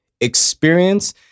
experience